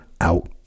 out